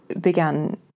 began